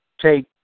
take